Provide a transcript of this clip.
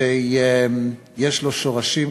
שיש לו שורשים,